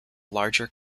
larger